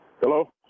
Hello